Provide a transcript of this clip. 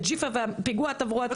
הג'יפה והפיגוע התברואתי.